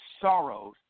sorrows